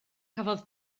cafodd